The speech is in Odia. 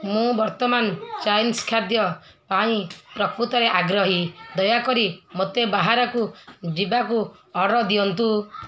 ମୁଁ ବର୍ତ୍ତମାନ ଚାଇନିଜ୍ ଖାଦ୍ୟ ପାଇଁ ପ୍ରକୃତରେ ଆଗ୍ରହୀ ଦୟାକରି ମୋତେ ବାହାରକୁ ଯିବାକୁ ଅର୍ଡ଼ର୍ ଦିଅନ୍ତୁ